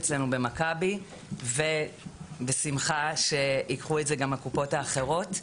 אצלנו ב- ׳מכבי׳ ובשמחה שגם ייקחו את זה לקופות האחרות,